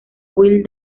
will